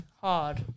hard